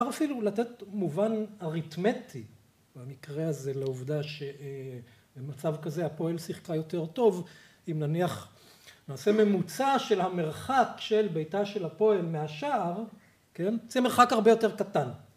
אפשר אפילו לתת מובן אריתמטי במקרה הזה לעובדה שבמצב כזה הפועל שיחקה יותר טוב אם נניח נעשה ממוצע של המרחק של ביתה של הפועל מהשאר, נמצא מרחק הרבה יותר קטן.